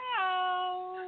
hello